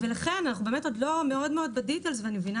אני רוצה